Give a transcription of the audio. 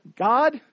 God